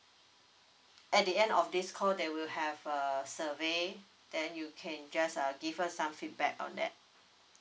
at the end of this call they will have uh survey then you can just uh give us some feedback on that